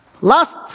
Last